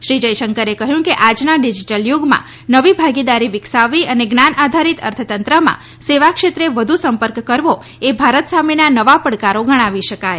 શ્રી જયશંકરે કહ્યું કે આજના ડીજીટલ યુગમાં નવી ભાગીદારી વિકસાવવી અને જ્ઞાન આધારીત અર્થતંત્રમાં સેવાક્ષેત્રે વધુ સંપર્ક કરવો એ ભારત સામેના નવા પડકારો ગણાવી શકાય